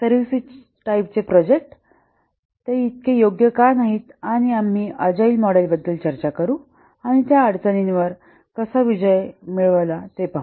services टाईपचे project साठी ते इतके योग्य का नाहीत आणि आम्ही अजाईल मॉडेलबद्दल चर्चा करू आणि त्यांनी त्या अडचणींवर कसा विजय मिळवला ते पाहू